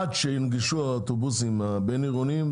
עד שיונגשו האוטובוסים הבינעירוניים,